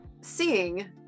Seeing